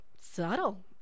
Subtle